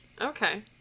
Okay